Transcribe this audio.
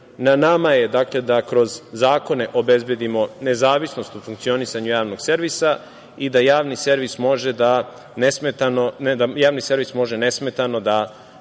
nama je da kroz zakone obezbedimo nezavisnost u funkcionisanju javnog servisa i da javni servis može nesmetano da